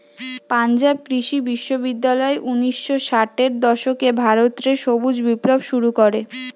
পাঞ্জাব কৃষি বিশ্ববিদ্যালয় উনিশ শ ষাটের দশকে ভারত রে সবুজ বিপ্লব শুরু করে